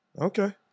Okay